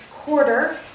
quarter